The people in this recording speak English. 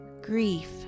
Grief